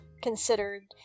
considered